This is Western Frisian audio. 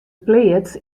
pleats